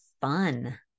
fun